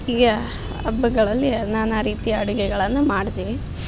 ಹೀಗೆ ಹಬ್ಬಗಳಲ್ಲಿ ನಾನಾ ರೀತಿಯ ಅಡುಗೆಗಳನ್ನು ಮಾಡ್ತೀವಿ